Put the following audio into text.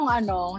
ano